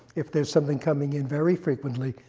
if there's something coming in very frequently,